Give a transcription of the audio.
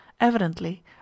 Evidently